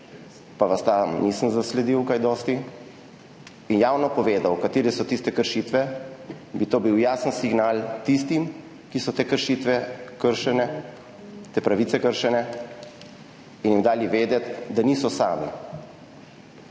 pa vas tam nisem zasledil kaj dosti – in javno povedal, katere so tiste kršitve, bi bil to jasen signal tistim, ki so jim te pravice kršene. In bi jim dali vedeti, da niso sami.